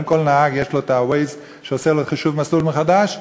היום לכל נהג יש Waze, שעושה לו חישוב מסלול מחדש,